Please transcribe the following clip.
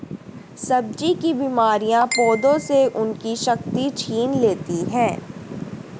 सब्जी की बीमारियां पौधों से उनकी शक्ति छीन लेती हैं